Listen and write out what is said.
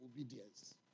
obedience